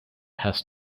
had